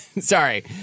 Sorry